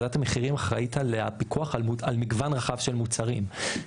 ועדת המחירים אחראית על הפיקוח על מגוון רחב של מוצרים,